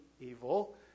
evil